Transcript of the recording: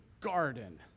garden